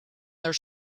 their